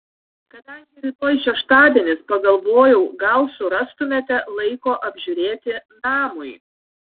kadangi rytoj šeštadienis pagalvojau gal surastumėte laiko apžiūrėti namui